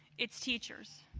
its teachers.